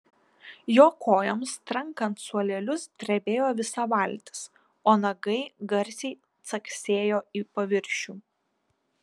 jo kojoms trankant suolelius drebėjo visa valtis o nagai garsiai caksėjo į paviršių